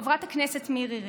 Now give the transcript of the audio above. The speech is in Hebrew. חברת הכנסת מירי רגב: